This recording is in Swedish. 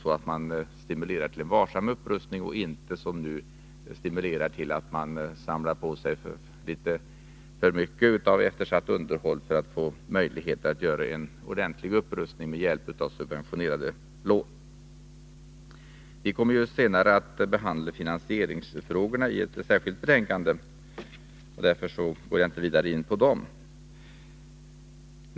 Vi vill stimulera till en varsam upprustning i stället för att, som nu, stimulera människorna att samla på sig litet för mycket av eftersatt underhåll för att de därigenom skall få möjlighet att göra en ordentlig upprustning med hjälp av subventionerade lån. Vi kommer senare att behandla finansieringsfrågorna i ett särskilt betänkande. Därför går jag inte vidare in på dem.